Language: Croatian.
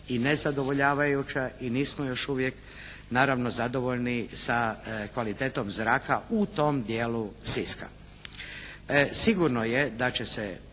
i nezadovoljavajuća i nismo još uvijek naravno zadovoljni sa kvalitetom zraka u tom dijelu Siska. Sigurno je da će se